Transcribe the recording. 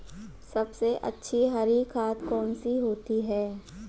सबसे अच्छी हरी खाद कौन सी होती है?